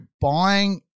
buying